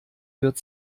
wird